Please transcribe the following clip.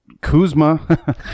Kuzma